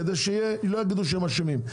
כדי שלא יגידו שהם אשמים.